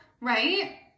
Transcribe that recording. Right